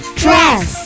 dress